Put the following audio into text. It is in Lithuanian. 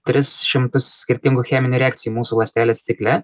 tris šimtus skirtingų cheminių reakcijų mūsų ląstelės cikle